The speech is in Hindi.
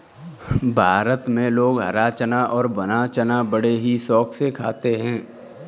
भारत में लोग हरा चना और भुना चना बड़े ही शौक से खाते हैं